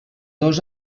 dos